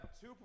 two